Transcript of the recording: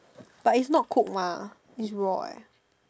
but it's not cooked mah it's raw eh